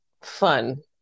fun